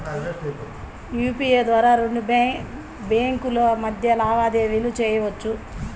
UPI ద్వారా రెండు బ్యేంకుల మధ్య లావాదేవీలను చెయ్యొచ్చు